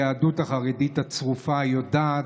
היהדות החרדית הצרופה יודעת,